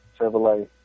Chevrolet